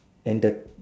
and the